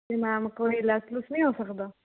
ਜੀ ਮੈਮ ਕੋਈ ਲੈੱਸ ਲੁੱਸ ਨੀ ਹੋ ਸਕਦਾ